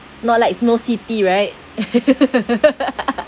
not like snow C_P right